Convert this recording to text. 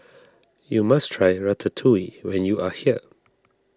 you must try Ratatouille when you are here